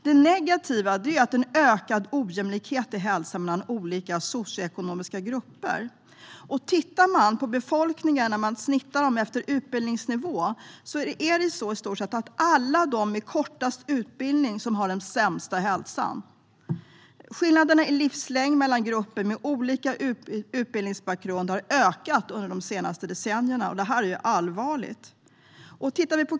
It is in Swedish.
Det negativa är att det är en ökad ojämlikhet i hälsa mellan olika socioekonomiska grupper. Om man delar in befolkningen efter utbildningsnivå kan man se att det är i stort sett alla de med kortast utbildning som har den sämsta hälsan. Skillnaden i livslängd mellan grupper med olika utbildningsbakgrund har ökat under de senaste decennierna, och det är allvarligt.